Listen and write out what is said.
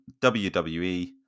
WWE